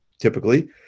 typically